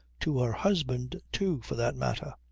to her husband, too, for that matter.